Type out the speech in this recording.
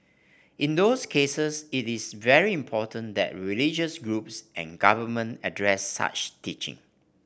in those cases it is very important that religious groups and government address such teaching